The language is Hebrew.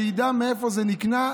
שידע מאיפה זה נקנה,